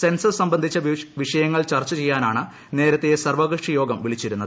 census സംബന്ധിച്ച വിഷയങ്ങൾ ചർച്ച ചെയ്യാനാണ് നേരത്തെ സർവകക്ഷിയോഗം വിളിച്ചിരുന്നത്